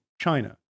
China